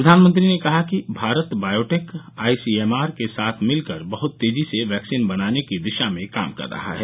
प्रधानमंत्री ने कहा कि भारत बायोटेक आईसीएमआर के साथ मिलकर बहुत तेजी से वैक्सीन बनाने की दिशा में काम कर रहा है